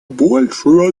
большую